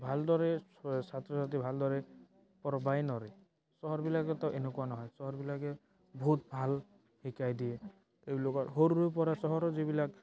ভালদৰে ছোৱা ছাত্ৰ ছাত্ৰী ভালদৰে পঢ়িবই নোৱাৰে চহৰবিলাকত এনেকুৱা নহয় চহৰবিলাকে বহুত ভাল শিকাই দিয়ে তেওঁলোকৰ সৰুৰে পৰা চহৰৰ যিবিলাক